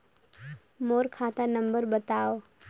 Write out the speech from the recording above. मोर खाता नम्बर बताव?